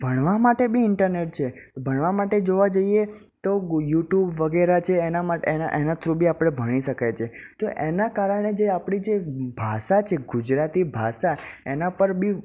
ભણવા માટે બી ઈન્ટરનેટ છે ભણવા માટે જોવા જઈએ તો ગુ યુટ્યુબ વગેરે છે એના માટ એના એના થ્રુ બી આપણે ભણી શકાય છે તો એના કારણે જે આપણી જે ભાષા છે ગુજરાતી ભાષા એના પર બી